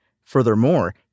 Furthermore